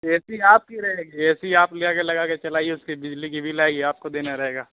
اے C آپ کی رہے گی اے سی آپ لیا کے لگا کے چلائیے اس کی بجلی کی بل آئے گی آپ کو دینا رہے گا